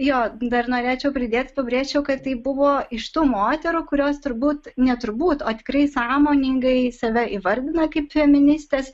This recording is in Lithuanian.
jo dar norėčiau pridėt pabrėžčiau kad tai buvo iš tų moterų kurios turbūt ne turbūt atvirai sąmoningai save įvardina kaip feministės